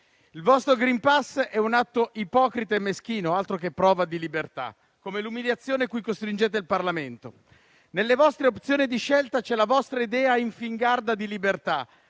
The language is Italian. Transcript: Il vostro *green pass* è un atto ipocrita e meschino - altro che prova di libertà! - come l'umiliazione cui costringete il Parlamento. Nelle vostre opzioni di scelta c'è la vostra idea infingarda di libertà: